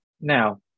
Now